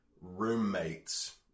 roommates